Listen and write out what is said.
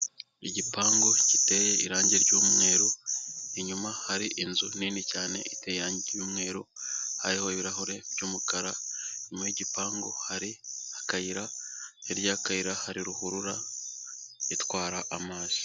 Igipangu giteye irangi ry'umweru, inyuma hari inzu nini cyane iteye irange ry'umweru hariho ibirahure by'umukara, inyuma y'igipangu hari akayira hirya y'akayira hari ruhurura itwara amazi.